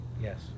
Yes